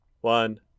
one